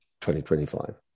2025